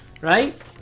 right